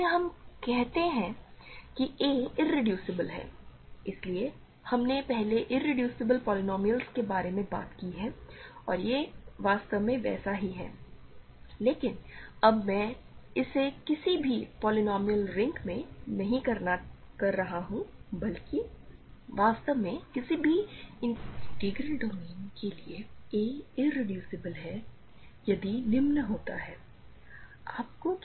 इसलिए हम कहते हैं कि a इरेड्यूसिबल है इसलिए हमने पहले इरेड्यूसिबल पॉलिनॉमियल्स के बारे में बात की है और यह वास्तव में वैसा ही है लेकिन अब मैं इसे किसी भी पॉलिनॉमियल रिंग में नहीं कर रहा हूं बल्कि वास्तव में किसी भी इंटीग्रल डोमेन इंटीग्रल डोमेन के लिए a इरेड्यूसिबल है यदि निम्न होता है